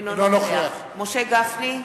אינו נוכח משה גפני,